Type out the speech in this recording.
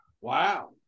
Wow